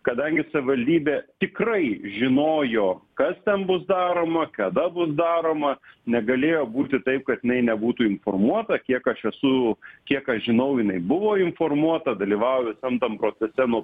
kadangi savivaldybė tikrai žinojo kas ten bus daroma kada bus daroma negalėjo būti taip kad jinai nebūtų informuota kiek aš esu kiek aš žinau jinai buvo informuota dalyvauja visam tam procese nuo